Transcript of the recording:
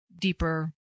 deeper